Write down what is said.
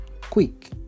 quick